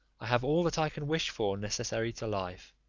i have all that i can wish for necessary to life,